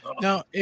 Now